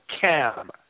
CAM